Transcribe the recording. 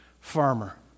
farmer